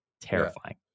terrifying